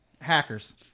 Hackers